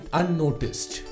unnoticed